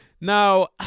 Now